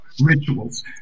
rituals